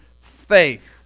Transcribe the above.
faith